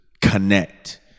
connect